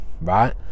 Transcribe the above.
right